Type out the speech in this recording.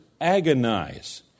agonize